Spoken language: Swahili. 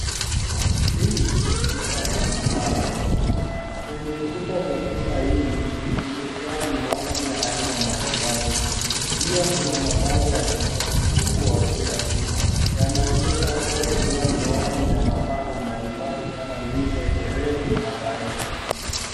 Hili ni duka la mapambo. Kwenye kuta za duka hii zimejaa miwani ya aina mbalimbali ,pia kuna mabango ya picha kubwa juu ya kuta, yanaonyesha watu wakivaa miwani na mapambo mbalimbali kama vile herini na bangili.